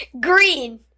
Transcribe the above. Green